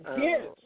Yes